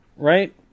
Right